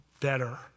better